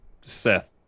Seth